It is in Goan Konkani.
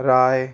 राय